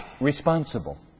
responsible